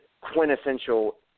quintessential